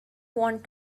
want